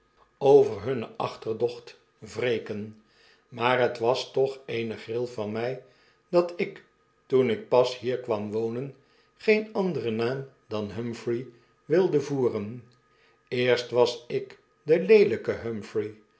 over hunne achterdocht wreken maar het was toch eene gril van my dat ik toen ik pas hier kwam wonen geen anderen naam dan humphrey wilde voeren eerst was ik b de leelyke